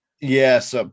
Yes